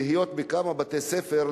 להיות בכמה בתי-ספר,